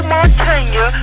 Montana